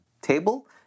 table